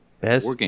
best